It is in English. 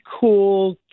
cool